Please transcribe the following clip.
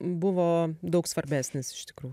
buvo daug svarbesnis iš tikrųjų